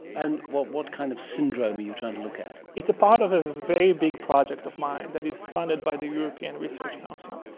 and what what kind of syndrome are you trying to look at? it's a part of a very big project of mine that is funded by the european research council.